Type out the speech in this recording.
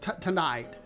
tonight